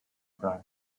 brand